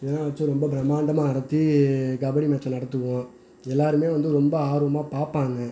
இதெல்லாம் வச்சு ரொம்ப பிரமாண்டமாக நடத்தி கபடி மேட்ச்சை நடத்துவோம் எல்லாேருமே வந்து ரொம்ப ஆர்வமாக பார்ப்பாங்க